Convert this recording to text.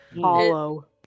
Hollow